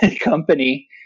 company